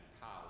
power